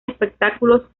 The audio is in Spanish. espectáculos